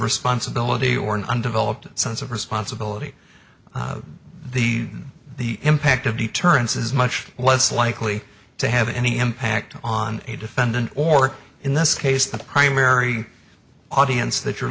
responsibility or an undeveloped sense of responsibility the the impact of deterrence is much less likely to have any impact on a defendant or in this case the primary audience that you're